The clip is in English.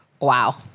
Wow